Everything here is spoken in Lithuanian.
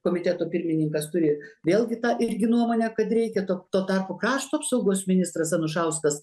komiteto pirmininkas turi vėlgi tą irgi nuomonę kad reikia to tuo tarpu krašto apsaugos ministras anušauskas